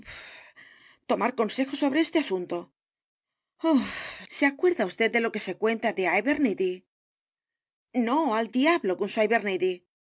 tomar consejo sobre este a s u n t o puff puff puff se acuerda vd de lo que se cuenta de abernethy no al diablo con su